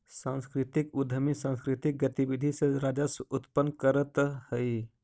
सांस्कृतिक उद्यमी सांकृतिक गतिविधि से राजस्व उत्पन्न करतअ हई